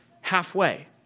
halfway